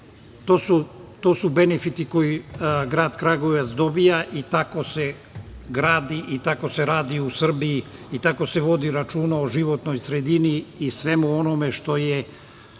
su benefiti koje grad Kragujevac dobija i tako se gradi i tako se radi u Srbiji i tako se vodi računa o životnoj sredini i svemu onome što je